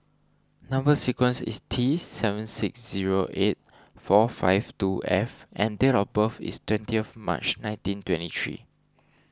Number Sequence is T seven six zero eight four five two F and date of birth is twentieth March nineteen twenty three